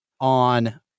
on